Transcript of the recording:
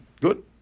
Good